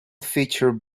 featured